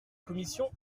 commission